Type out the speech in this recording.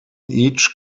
each